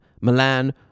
Milan